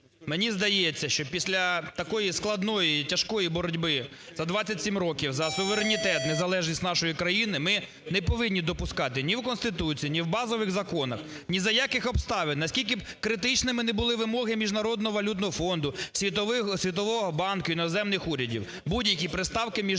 мені здається, що після такої складної і тяжкої боротьби за 27 років за суверенітет незалежність нашої країни ми не повинні допускати ні в Конституції, ні в базових законах, ні за яких обставин, наскільки б критичними не були вимоги Міжнародного валютного фонду, Світового банку, іноземних урядів, будь-які приставки "міжнародне".